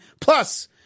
plus